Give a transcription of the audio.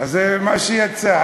זה מה שיצא.